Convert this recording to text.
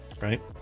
right